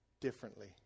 differently